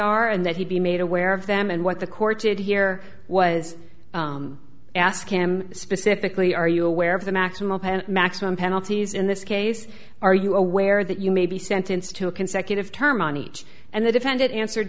are and that he'd be made aware of them and what the court did here was ask him specifically are you aware of the maximum maximum penalties in this case are you aware that you may be sentenced to a consecutive term on each and the defendant answered